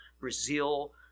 Brazil